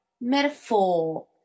metaphor